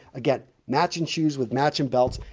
again, matching shoes with matching belts,